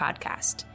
podcast